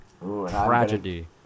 tragedy